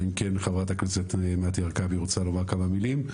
אלא אם כן חברת הכנסת מטי הרכבי רוצה לומר כמה מילים.